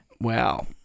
Wow